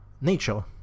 nature